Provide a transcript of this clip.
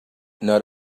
not